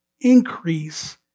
increase